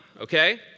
okay